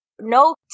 no